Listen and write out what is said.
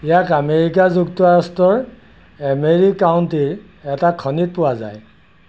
ইয়াক আমেৰিকা যুক্তৰাষ্ট্ৰৰ এমেৰি কাউণ্টীৰ এটা খনিত পোৱা যায়